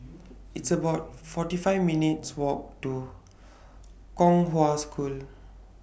It's about forty five minutes' Walk to Kong Hwa School